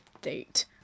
date